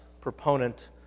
proponent